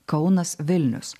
kaunas vilnius